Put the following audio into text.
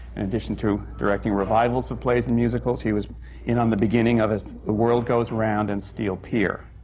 in addition to directing revivals of plays and musicals, he was in on the beginning of as the world goes round and steel pier.